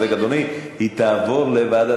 הוא פשוט לא הבין את